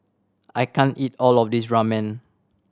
I can't eat all of this Ramen